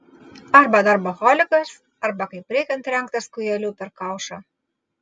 arba darboholikas arba kaip reikiant trenktas kūjeliu per kaušą